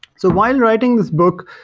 so while writing this book,